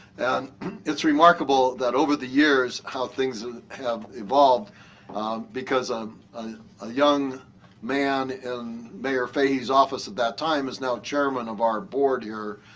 and it's remarkable that over the years how things have evolved because um a young man in mayor fahey's office at that time is now chairman of our board here.